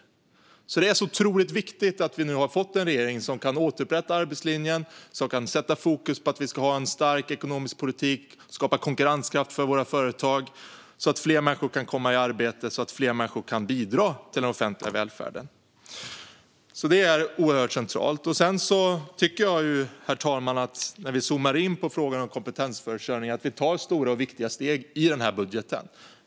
Det är därför så otroligt viktigt att vi nu har fått en regering som kan återupprätta arbetslinjen, sätta fokus på en stark ekonomisk politik och skapa konkurrenskraft för våra företag så att fler människor kan komma i arbete och så att fler människor kan bidra till den offentliga välfärden. Det är oerhört centralt. Herr talman! När vi zoomar in på frågan om kompetensförsörjning tycker jag att vi tar stora och viktiga steg i denna budget.